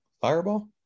fireball